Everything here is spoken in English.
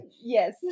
Yes